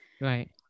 right